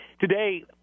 Today